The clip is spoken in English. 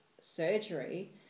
surgery